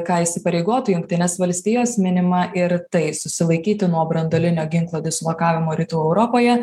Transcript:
ką įsipareigotų jungtinės valstijos minima ir tai susilaikyti nuo branduolinio ginklo dislokavimo rytų europoje